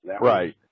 Right